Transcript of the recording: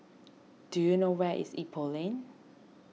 do you know where is Ipoh Lane